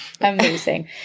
amazing